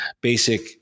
basic